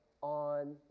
on